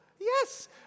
Yes